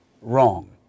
Wrong